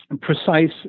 precise